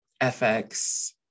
fx